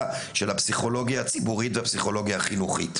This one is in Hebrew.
של הפסיכולוגיה הציבורית והפסיכולוגיה החינוכית,